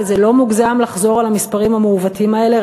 וזה לא מוגזם לחזור על המספרים המעוותים האלה,